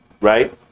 right